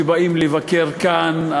שבאו לבקר כאן.